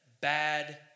bad